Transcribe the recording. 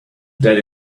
that